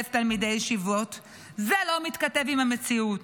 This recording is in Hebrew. תלמידי ישיבות, זה לא מתכתב עם המציאות,